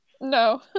No